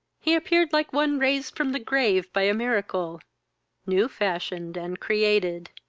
he appeared like one raised from the grave by a miracle new fashioned and created.